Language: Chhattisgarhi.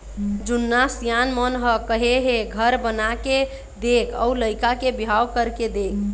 जुन्ना सियान मन ह कहे हे घर बनाके देख अउ लइका के बिहाव करके देख